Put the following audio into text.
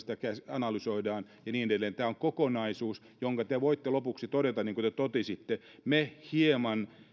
analysoidaan ja niin edelleen tämä on kokonaisuus josta te voitte lopuksi todeta niin kuin te totesitte me hieman